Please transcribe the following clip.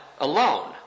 alone